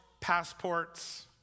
passports